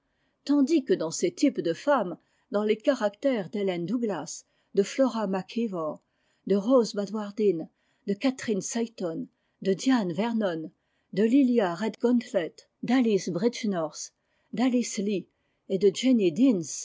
tandis que dans ses types de femmes dans les caractères d'ellen douglas de flora mac ivor de rose bradwardine i de catherine seyton de diane vernon de liliaredgauntlet d'alice bridgenorth d'alice lee et de